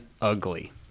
ugly